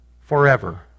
forever